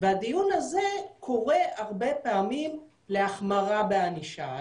והדיון הזה קורא הרבה פעמים להחמרה בענישה,